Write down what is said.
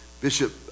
Bishop